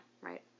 Right